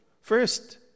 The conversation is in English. first